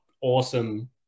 awesome